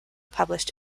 published